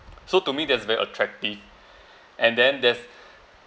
so to me that's very attractive and then there's